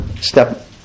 step